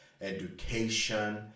education